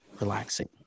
relaxing